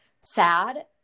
sad